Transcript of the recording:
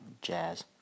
jazz